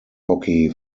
hockey